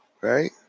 Right